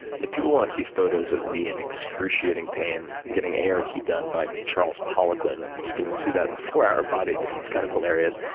if people wanna see photos of me in excruciating pain, getting art done by charles poliquin, you can see that in the four hour body it's kind of hilarious.